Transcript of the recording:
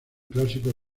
clásico